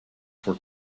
for